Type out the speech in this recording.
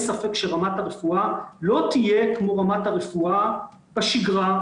אין ספק שרמת הרפואה לא תהיה כמו רמת הרפואה בשגרה,